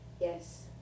yes